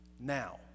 now